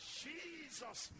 jesus